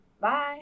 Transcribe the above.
Bye